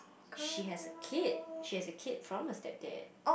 she has a kid she has a kid from her stepdad